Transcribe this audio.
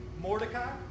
Mordecai